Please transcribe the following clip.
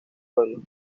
pueblo